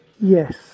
Yes